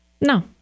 No